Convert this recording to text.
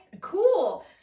cool